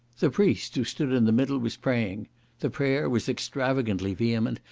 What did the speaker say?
the priest who stood in the middle was praying the prayer was extravagantly vehement,